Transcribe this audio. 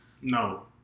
No